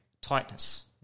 tightness